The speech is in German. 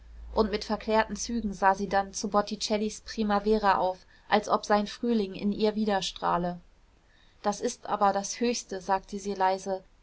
und mit verklärten zügen sah sie dann zu botticellis primavera auf als ob sein frühling in ihr widerstrahle das ist aber das höchste sagte sie leise